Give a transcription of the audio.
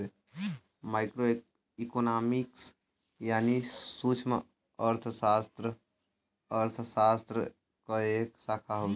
micro economics यानी सूक्ष्मअर्थशास्त्र अर्थशास्त्र क एक शाखा हउवे